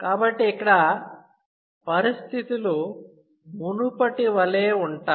కాబట్టి ఇక్కడ పరిస్థితులు మునుపటి వలె ఉంటాయి